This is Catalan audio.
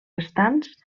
restants